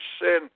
sin